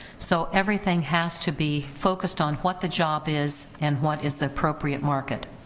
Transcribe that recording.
so everything has to be focused on what the job is, and what is the appropriate market.